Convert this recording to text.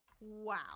Wow